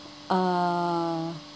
uh